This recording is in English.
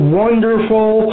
wonderful